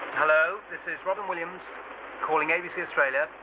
hello is robyn williams calling abc australia,